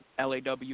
LAW